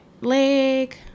leg